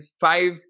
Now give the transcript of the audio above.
five